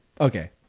okay